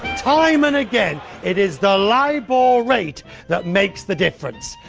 time and again it is the libor rate that makes the difference,